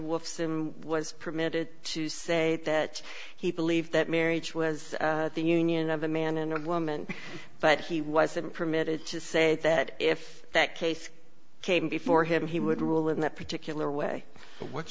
wolfson was permitted to say that he believed that marriage was the union of a man and woman but he wasn't permitted to say that if that case came before him he would rule in that particular way what